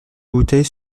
bouteille